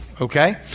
okay